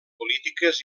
polítiques